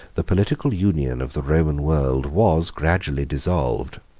the political union of the roman world was gradually dissolved,